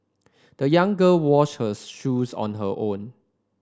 the young girl washed her shoes on her own